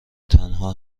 تنها